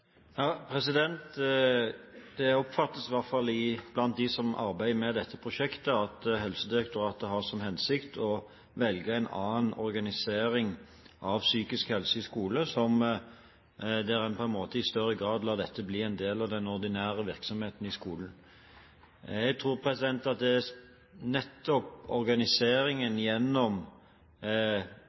Det oppfattes i hvert fall blant dem som arbeider med dette prosjektet, at Helsedirektoratet har til hensikt å velge en annen organisering av prosjektet Psykisk helse i skolen, der en på en måte i større grad lar dette bli en del av den ordinære virksomheten i skolen. Jeg tror nettopp det er organiseringen gjennom